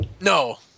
no